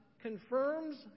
confirms